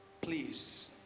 Please